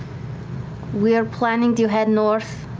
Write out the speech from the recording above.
we are planning to head north.